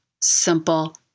simple